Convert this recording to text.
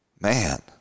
Man